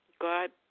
God